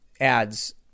ads